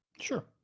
Sure